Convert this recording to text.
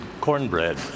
cornbread